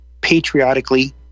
patriotically